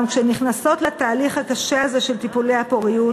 כשהן נכנסות לתהליך הקשה הזה של טיפולי הפוריות,